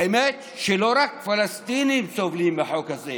האמת היא שלא רק פלסטינים סובלים מהחוק הזה,